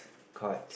correct